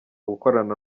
gukorana